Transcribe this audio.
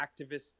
activists